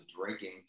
drinking